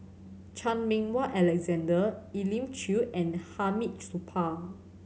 Chan Meng Wah Alexander Elim Chew and Hamid Supaat